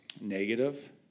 negative